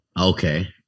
Okay